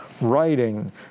writing